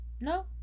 No